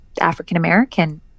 African-American